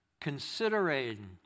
considering